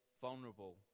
vulnerable